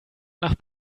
nach